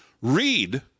read